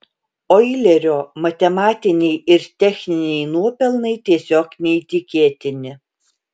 oilerio matematiniai ir techniniai nuopelnai tiesiog neįtikėtini